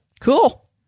Cool